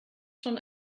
schon